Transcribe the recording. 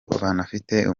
banafite